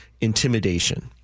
intimidation